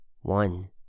One